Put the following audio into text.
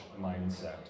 mindset